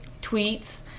tweets